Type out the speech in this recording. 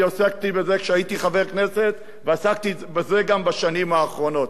אני עסקתי בזה כשהייתי חבר כנסת ועסקתי בזה גם בשנים האחרונות.